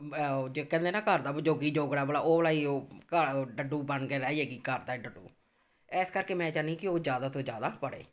ਓਹ ਜੇ ਕਹਿੰਦੇ ਨਾ ਘਰ ਦਾ ਜੋਗੀ ਜੋਗੜਾ ਵਾਲਾ ਉਹ ਵਾਲਾ ਉਹ ਘਰ ਓ ਡੱਡੂ ਬਣ ਕੇ ਰਹਿ ਜੇਗੀ ਘਰ ਦਾ ਡੱਡੂ ਇਸ ਕਰਕੇ ਮੈਂ ਚਾਹੁੰਦੀ ਕਿ ਉਹ ਜ਼ਿਆਦਾ ਤੋਂ ਜ਼ਿਆਦਾ ਪੜ੍ਹੇ